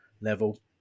level